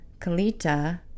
Kalita